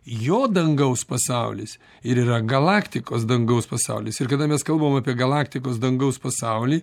jo dangaus pasaulis ir yra galaktikos dangaus pasaulis ir kada mes kalbam apie galaktikos dangaus pasaulį